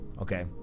okay